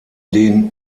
den